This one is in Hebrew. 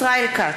ישראל כץ,